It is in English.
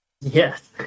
Yes